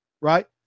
right